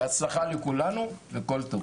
בהצלחה לכולנו וכל טוב.